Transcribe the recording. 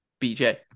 BJ